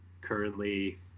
currently